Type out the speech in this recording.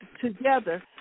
together